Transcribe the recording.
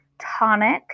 tonic